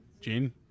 Gene